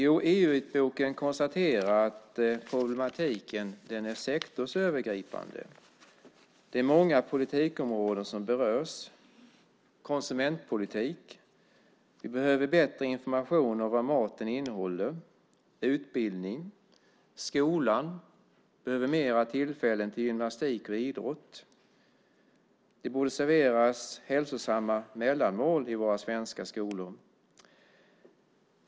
I EU-vitboken konstateras att problematiken är sektorsövergripande. Det är många politikområden som berörs. När det gäller konsumentpolitik behöver vi bättre information om vad maten innehåller. När det gäller utbildning behöver skolan fler tillfällen till gymnastik och idrott. Det borde serveras hälsosamma mellanmål i våra svenska skolor.